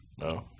No